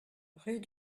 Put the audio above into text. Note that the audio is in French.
rue